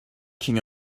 king